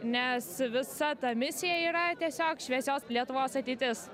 nes visa ta misija yra tiesiog šviesios lietuvos ateitis